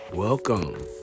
Welcome